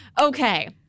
Okay